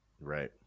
Right